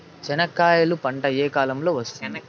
చెనక్కాయలు పంట ఏ కాలము లో వస్తుంది